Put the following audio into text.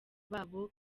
babo